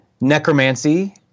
necromancy